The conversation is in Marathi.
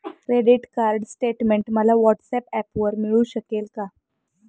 क्रेडिट कार्ड स्टेटमेंट मला व्हॉट्सऍपवर मिळू शकेल का?